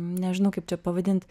nežinau kaip čia pavadint